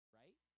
right